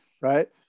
right